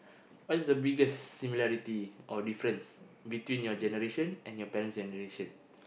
what is the biggest similarities or difference between your generation and your parents generation